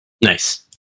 Nice